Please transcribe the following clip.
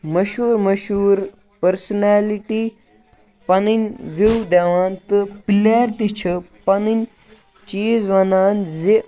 مشہوٗر مشہوٗر پٔرسٕنیلٹی پَنٕنۍ وِو دِوان تہٕ پٕلیَر تہِ چھِ پَنٕنۍ چیٖز وَنان زِ